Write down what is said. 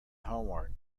homework